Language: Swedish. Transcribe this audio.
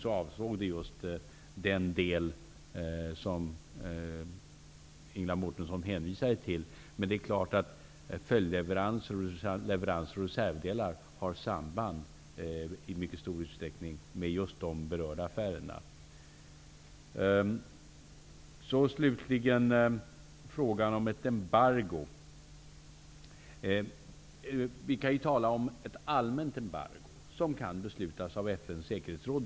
Den avsåg just den del som Ingela Mårtensson hänvisade till. Följdleveranser och leveranser av reservdelar har självfallet samband med de berörda affärerna. Slutligen till frågan om ett embargo. Vi kan tala om ett allmänt embargo, som beslutas av FN:s säkerhetsråd.